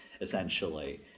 essentially